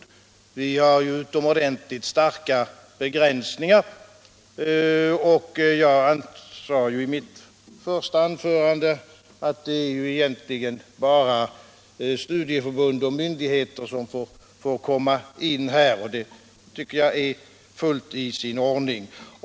Vi har gjort utomordentligt starka begränsningar. Som jag sade i mitt förra anförande Nr 41 är det egentligen bara studieförbund och myndigheter som här får komma Onsdagen den in, och det tycker jag är fullt i sin ordning.